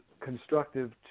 constructive